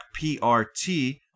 PRT